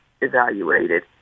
evaluated